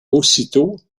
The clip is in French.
aussitôt